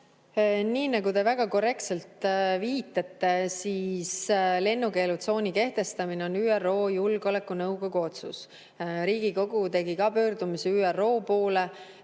Nii nagu te väga korrektselt viitate, lennukeelutsooni kehtestamine on ÜRO Julgeolekunõukogu otsus. Riigikogu tegi ka pöördumise ÜRO poole.